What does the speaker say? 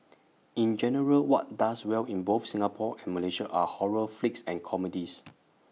in general what does well in both Singapore and Malaysia are horror flicks and comedies